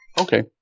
Okay